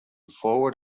forward